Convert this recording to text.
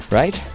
right